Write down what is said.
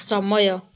ସମୟ